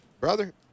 brother